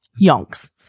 yonks